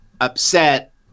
upset